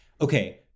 okay